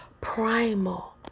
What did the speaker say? primal